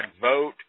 vote